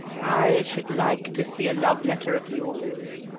i should like to see a love-letter of yours,